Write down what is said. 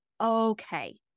okay